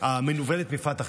המנוולת מפתח,